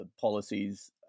policies